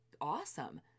awesome